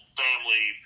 family